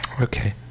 okay